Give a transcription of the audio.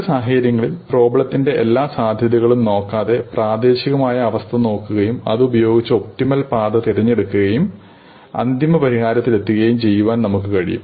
ചില സാഹചര്യങ്ങളിൽ പ്രോബ്ലത്തിന്റെ എല്ലാ സാധ്യതകളും നോക്കാതെ പ്രാദേശികമായ അവസ്ഥ നോക്കുകയും അതുപയോഗിച്ചു ഒപ്റ്റിമൽ പാത തിരഞ്ഞെടുക്കുകയും അന്തിമ പരിഹാരത്തിലെത്തുകയും ചെയ്യുവാൻ നമുക്ക് കഴിയും